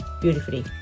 beautifully